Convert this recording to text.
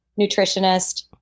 nutritionist